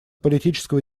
политического